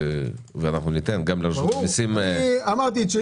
ואנחנו ניתן גם לרשות המיסים להגיב.